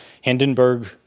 Hindenburg